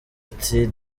ati